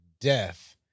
death